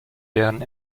werden